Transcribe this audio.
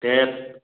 tape